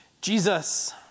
Jesus